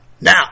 Now